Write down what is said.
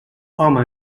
home